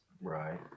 Right